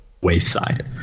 wayside